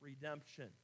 redemption